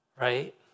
Right